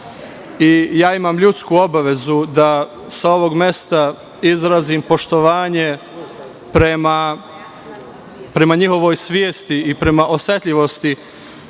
Imam ljudsku obavezu da sa ovog mesta izrazim poštovanjeprema njihovoj svesti i prema osetljivosti